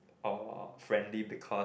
or friendly because